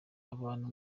abantu